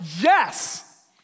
yes